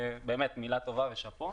באמת מילה טובה ושאפו.